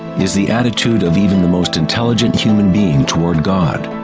is the attitude of even the most intelligent human being toward god.